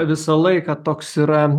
visą laiką toks yra